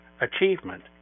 achievement